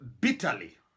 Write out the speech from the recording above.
bitterly